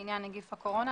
לעניין נגיף הקורונה,